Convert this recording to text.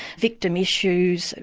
victim issues,